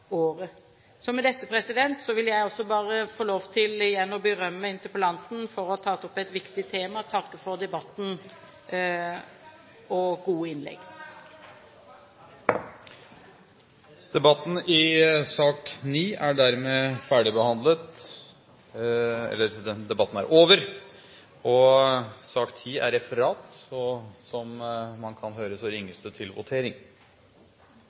Så med dette vil jeg igjen berømme interpellanten for å ha tatt opp et viktig tema, og takke for debatten og gode innlegg. Debatten i sak nr. 9 er dermed over. Fremskrittspartiet, Høyre, Kristelig Folkeparti og Venstre har varslet at de ønsker å stemme imot. Det voteres over lovens overskrift og